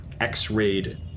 x-rayed